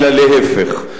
אלא להיפך.